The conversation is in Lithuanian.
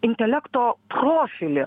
intelekto profilį